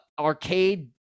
arcade